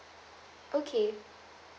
okay